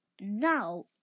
Now